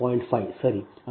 5 ಸರಿ